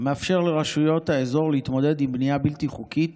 המאפשר לרשויות האזור להתמודד עם בנייה בלתי חוקית